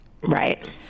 right